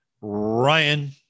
Ryan